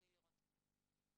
מבהיל לראות את זה.